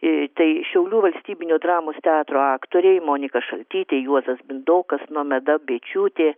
ee tai šiaulių valstybinio dramos teatro aktoriai monika šaltytė juozas bindokas nomeda bėčiūtė